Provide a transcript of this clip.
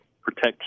protect